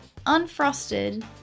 Unfrosted